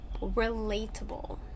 relatable